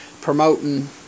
promoting